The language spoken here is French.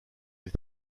est